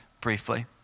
briefly